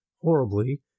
horribly